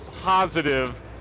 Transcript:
positive